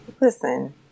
Listen